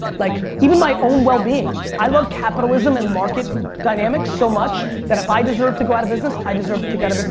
like even my own well-being. i love capitalism and market dynamics so much that if i deserve to go out of business, i deserve to go out of business.